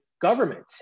government